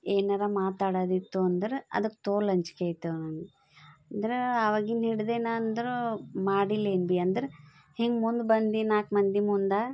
ಏನಾರ ಮಾತಾಡೋದಿತ್ತು ಅಂದ್ರೆ ಅದಕ್ಕೆ ತೋಲ್ ಅಂಜಿಕೆ ಆಯ್ತವ ನಂಗೆ ಅಂದ್ರೆ ಅವಾಗಿಂದ ಹಿಡಿದೆ ನಾ ಅಂದರೂ ಮಾಡಿಲ್ಲೇನು ಭೀ ಅಂದ್ರೆ ಹಿಂಗೆ ಮುಂದೆ ಬಂದು ನಾಲ್ಕು ಮಂದಿ ಮುಂದೆ